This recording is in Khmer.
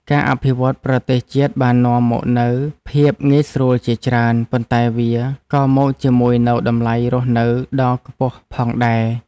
ការអភិវឌ្ឍប្រទេសជាតិបាននាំមកនូវភាពងាយស្រួលជាច្រើន ប៉ុន្តែវាក៏មកជាមួយនូវតម្លៃរស់នៅដ៏ខ្ពស់ផងដែរ។